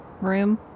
room